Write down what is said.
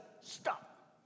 stop